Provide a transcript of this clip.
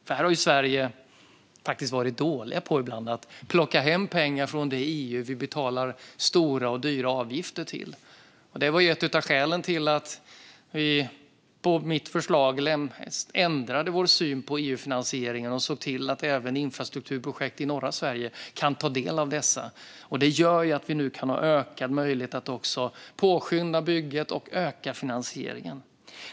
Sverige har faktiskt ibland varit dåligt på att plocka hem pengar från det EU vi betalar stora och dyra avgifter till. Det är ett av skälen till att vi på mitt förslag ändrade vår syn på EU-finansieringen och såg till att även infrastrukturprojekt i norra Sverige kan ta del av EU-medel. Det gör att vi nu kan ha ökad möjlighet att påskynda bygget och öka finansieringen.